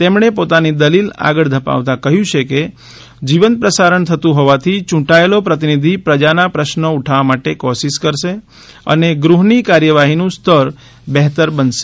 તેમણે પોતાની દલીલ વધુ આગળ ધપાવતા કહ્યું છે કે જીવંત પ્રસારણ થતું હોવાથી યૂંટાયેલો પ્રતિનિધિ પ્રજા ના પ્રશ્નો ઉઠાવવા માટે કોશિશ કરશે અને ગૃહ ની કાર્યવાહી નું સ્તર બહેતર બનશે